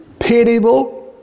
pitiable